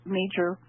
major